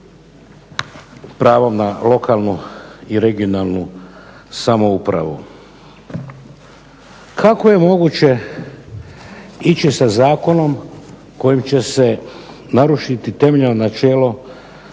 pravom na lokalnu i regionalnu samoupravu. Kako je moguće ići sa zakonom kojim će se narušiti temeljno načelo